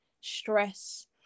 stress